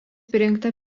prijungta